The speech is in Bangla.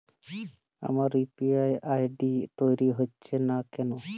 আমার ইউ.পি.আই আই.ডি তৈরি হচ্ছে না কেনো?